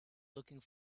looking